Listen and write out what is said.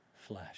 flesh